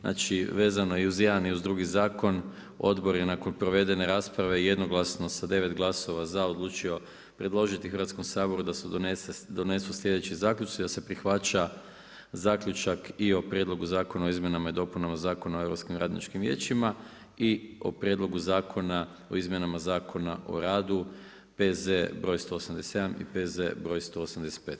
Znači vezano i uz jedan i uz drugi zakon, odbor je nakon proveden rasprave jednoglasno sa 9 glasova za, odlučio predložiti Hrvatskom saboru da se donesu slijedeći zaključci, da se prihvaća zaključak i o Prijedlogu zakona o izmjenama i dopunama Zakona o europskim radničkim vijećima i o Prijedlogu zakona o izmjenama Zakona o radu P.Z. broj 187 i P.Z. broj 185.